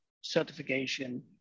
certification